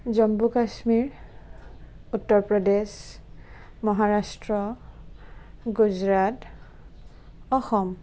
Jammu Kashmir Uttar Pradesh Maharashtra Gujarat Assam